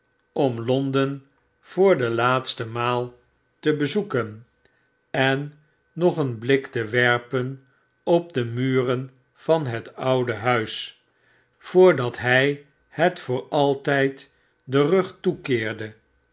om londen barnaby rudge voor de laatste maal te bezoeken en nog een blik te werpen op de muren van het oude huis voordat hij het voor altijd den rug toekeerde